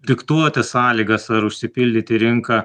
diktuoti sąlygas ar užsipildyti rinką